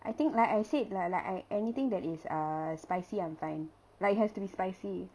I think like I said like like I anything that is uh spicy I'm fine like it has to be spicy